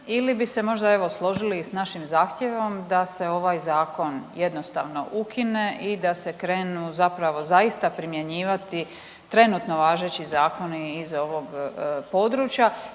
ili bi se možda evo složili s našim zahtjevom da se ovaj zakon jednostavno ukine i da se krenu zapravo zaista primjenjivati trenutno važeći zakoni iz ovog područja